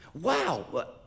wow